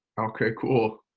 okay, cool.